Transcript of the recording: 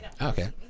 Okay